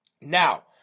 Now